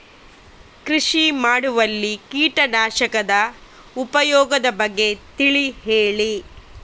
ಕೃಷಿ ಮಾಡುವಲ್ಲಿ ಕೀಟನಾಶಕದ ಉಪಯೋಗದ ಬಗ್ಗೆ ತಿಳಿ ಹೇಳಿ